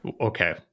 Okay